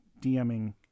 DMing